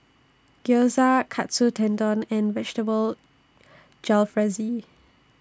Gyoza Katsu Tendon and Vegetable Jalfrezi